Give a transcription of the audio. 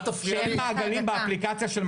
שאין מעגלים באפליקציה.